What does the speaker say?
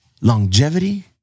longevity